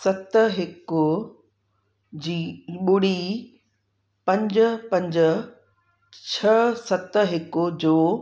सत हिकु जी ॿुड़ी पंज पंज छह सत हिकु जो